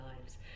lives